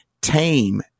tame